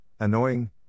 Annoying